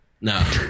No